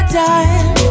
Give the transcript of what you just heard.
time